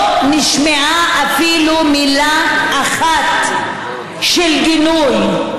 לא נשמעה אפילו מילה אחת של גינוי,